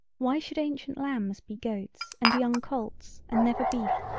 why should ancient lambs be goats and young colts and never beef,